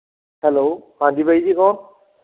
hello ਹਾਂਜੀ ਬਾਈ ਜੀ ਕੌਣ